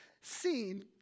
seen